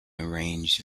arranged